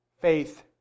Faith